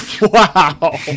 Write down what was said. Wow